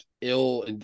ill